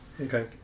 Okay